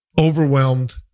overwhelmed